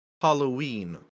Halloween